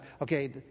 okay